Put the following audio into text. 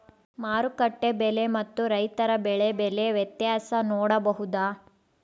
ಮಾರುಕಟ್ಟೆ ಬೆಲೆ ಮತ್ತು ರೈತರ ಬೆಳೆ ಬೆಲೆ ವ್ಯತ್ಯಾಸ ನೋಡಬಹುದಾ?